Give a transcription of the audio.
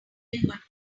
convenient